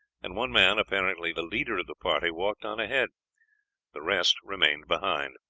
and one man, apparently the leader of the party, walked on ahead the rest remained behind.